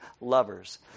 lovers